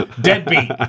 deadbeat